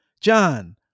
John